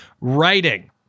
writing